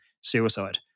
suicide